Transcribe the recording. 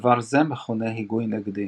דבר זה מכונה היגוי נגדי.